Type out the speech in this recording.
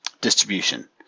distribution